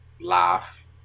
laugh